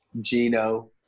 Gino